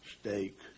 steak